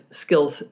skills